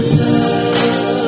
love